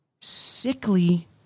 sickly